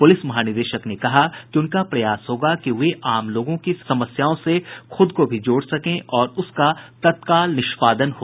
प्रलिस महानिदेशक ने कहा कि उनका प्रयास होगा कि वे आम लोगों की समस्याओं से खुद को भी जोड़ सकें और उसका तत्काल निष्पादन हो